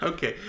Okay